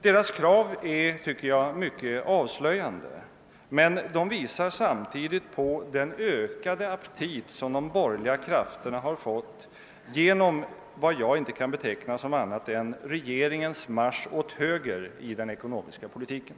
Deras krav är mycket avslöjande, men de visar samtidigt på den ökade aptit som de borgerliga krafterna har fått genom vad jag inte kan beteckna som annat än regeringens marsch åt höger i den ekonomiska politiken.